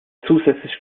zusätzlich